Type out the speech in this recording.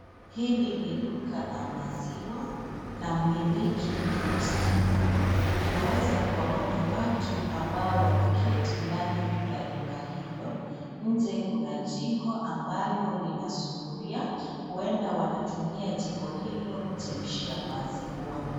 Hili ni duka la maziwa na mmiliki ni Yustina. Tunaweza kuwaona watu ambao wameketi ndani ya duka hilo . Nje kuna jiko ambalo lina sufuria, huenda wanatumia jiko hilo kuchemshia maziwa.